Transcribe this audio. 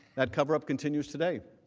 that cover-up continues today